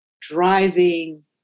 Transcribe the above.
driving